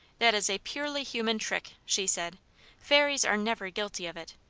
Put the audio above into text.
that is a purely human trick she said fairies are never guilty of it.